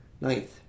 Ninth